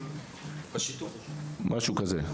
משהו כזה.